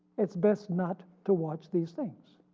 it's best not to watch these things.